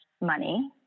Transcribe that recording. money